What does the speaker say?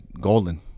Golden